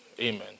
Amen